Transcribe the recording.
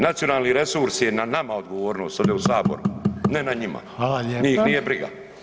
Nacionalni resurs je na nama odgovornost ovdje u saboru ne na njima [[Upadica: Hvala lijepa]] njih nije briga.